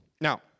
Now